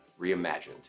reimagined